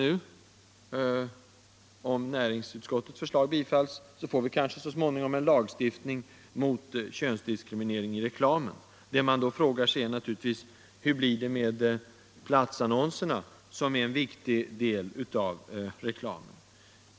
Om näringsutskottets förslag bifalles, får vi kanske så småningom en lagstiftning mot könsdiskriminering i reklamen. Vad man då frågar sig är naturligtvis: Hur blir det med platsannonserna, som är en viktig del av reklamen?